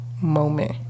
moment